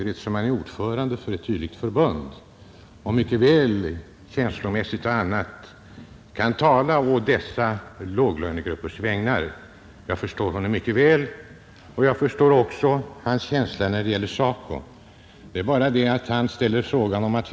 Han kan mycket väl känslomässigt tala på dessa låglönegruppers vägnar, och jag förstår också hans känslor när det gäller SACO. Det är bara det att han påstår att vi är SACO-försvarare.